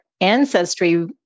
ancestry